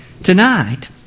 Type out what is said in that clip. Tonight